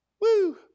Woo